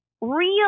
real